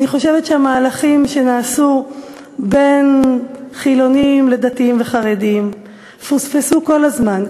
אני חושבת שהמהלכים שנעשו בין חילונים לדתיים וחרדים פוספסו כל הזמן.